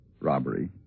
Robbery